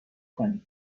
کنی